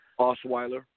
Osweiler